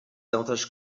davantage